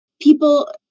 people